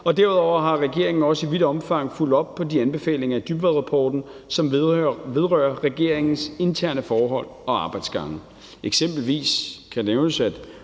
derudover har regeringen også i vidt omfang fulgt op på de anbefalinger i Dybvadrapporten, som vedrører regeringens interne forhold og arbejdsgange. Eksempelvis kan det nævnes,